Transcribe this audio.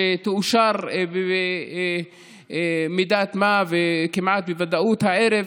שתאושר במידת מה וכמעט בוודאות הערב,